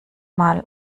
mal